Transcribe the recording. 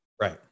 Right